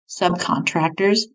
subcontractors